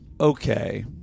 okay